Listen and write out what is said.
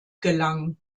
gelang